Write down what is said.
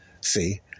See